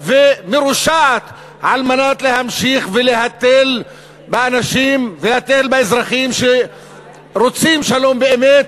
ומרושעת כדי להמשיך להתל באנשים ולהתל באזרחים שרוצים שלום באמת,